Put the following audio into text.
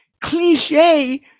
cliche